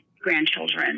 grandchildren